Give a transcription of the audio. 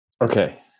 Okay